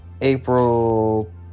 April